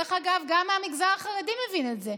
דרך אגב, גם המגזר החרדי מבין את זה,